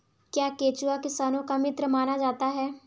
क्या केंचुआ किसानों का मित्र माना जाता है?